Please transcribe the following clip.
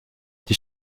die